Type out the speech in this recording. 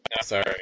sorry